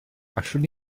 allwn